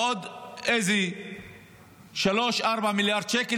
בעוד איזה 3 4 מיליארד שקל,